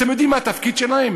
אתם יודעים מה התפקיד שלהם?